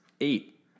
eight